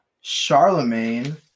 Charlemagne